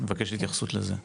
אני מבקש התייחסות לזה.